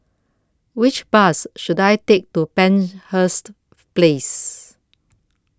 Which Bus should I Take to Penshurst Place